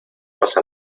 pasa